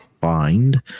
find